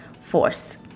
force